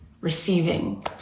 receiving